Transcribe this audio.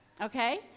okay